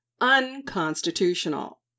unconstitutional